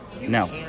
No